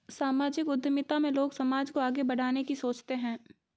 सामाजिक उद्यमिता में लोग समाज को आगे बढ़ाने की सोचते हैं